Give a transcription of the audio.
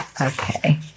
Okay